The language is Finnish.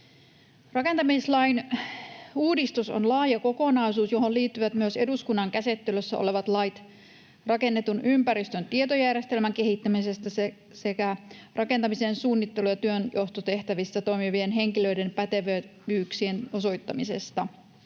Rakentamislain uudistus on laaja kokonaisuus, johon liittyvät myös eduskunnan käsittelyssä olevat lait rakennetun ympäristön tietojärjestelmän kehittämisestä sekä rakentamisen suunnittelu- ja työnjohtotehtävissä toimivien henkilöiden pätevyyksien osoittamisesta.